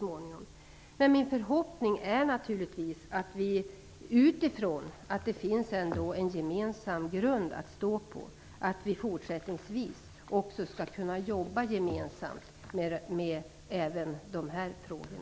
Min förhoppning är naturligtvis att vi med utgångspunkt i en gemensam grund skall fortsätta att jobba med dessa frågor.